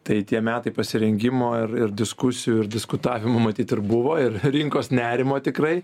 tai tie metai pasirengimo ir ir diskusijų ir diskutavimo matyt ir buvo ir rinkos nerimo tikrai